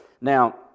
Now